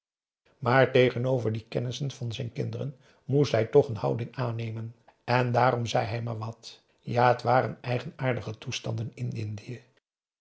maar tegenover die kennissen van zijn kinderen moest hij toch een houding aannemen en daarom zei hij maar wat ja het waren eigenaardige toestanden in indië